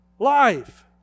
Life